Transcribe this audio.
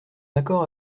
accord